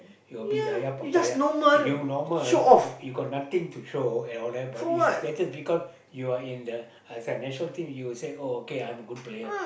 you a bit ya ya papaya you normal you got nothing to throw and all that but is that's just because you are in the national team you will say oh okay I'm a good player